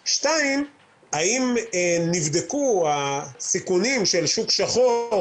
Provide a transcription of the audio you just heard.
2. האם נבדקו הסיכונים של שוק שחור,